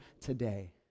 today